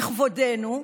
בכבודנו,